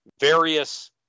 various